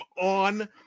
on